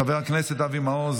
חבר הכנסת אבי מעוז,